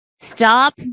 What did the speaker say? Stop